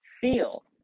feel